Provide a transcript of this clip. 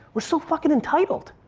we're so fucking entitled,